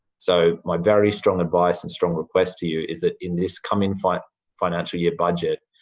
so, my very strong advice and strong request to you is that, in this coming but financial year budget,